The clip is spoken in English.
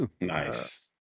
Nice